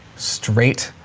straight.